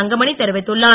தங்கமணி தெரிவித்துள்ளார்